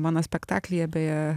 monospektaklyje beje